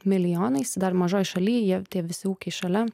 milijonais dar mažoj šaly jie tie visi ūkiai šalia